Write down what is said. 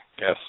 Yes